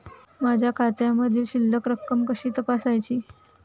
माझ्या खात्यामधील शिल्लक रक्कम कशी तपासायची?